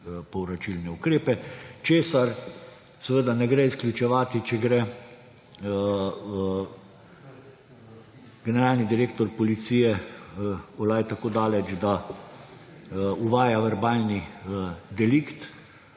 povračilne ukrepe; česar seveda ne gre izključevati, če gre generalni direktor policije Olaj tako daleč, da uvaja verbalni delikt